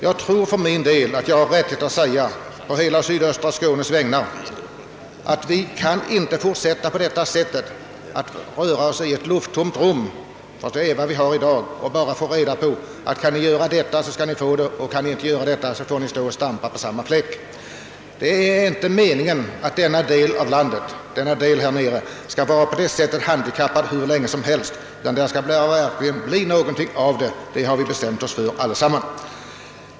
Jag tror att jag talar för alla i sydöstra Skåne när jag säger att vi inte kan fortsätta att på detta sätt röra oss i ett lufttomt rum — det är vad vi gör i dag — och bara få reda på att om vi kan åstadkomma det och det, så skall vi också få ett gymnasium; i annat fall får vi stå och stampa på samma fläck. Det är inte meningen att denna del av landet hur länge som helst skall vara handikappad på detta sätt. Att det verkligen skall bli någonting av har vi nu allesammans där nere bestämt oss för. Herr talman!